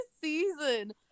season